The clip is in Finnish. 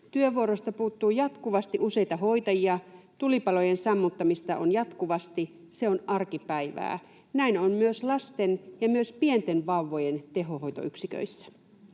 Työvuoroista puuttuu jatkuvasti useita hoitajia. Tulipalojen sammuttamista on jatkuvasti. Se on arkipäivää. Näin on myös lasten ja myös pienten vauvojen tehohoitoyksiköissä.